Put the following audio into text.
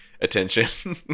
attention